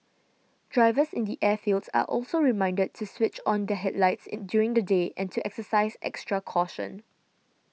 drivers in the airfields are also reminded to switch on their headlights and during the day and to exercise extra caution